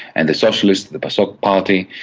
and the socialists, the pasok party,